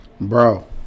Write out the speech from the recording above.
Bro